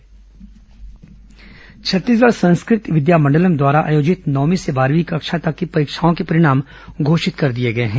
संस्कृत विद्यामंडलम परिणाम छत्तीसगढ़ संस्कृत विद्यामंडलम द्वारा आयोजित नवर्मी से बारहवीं तक की परीक्षाओं के परिणाम घोषित कर दिए गए हैं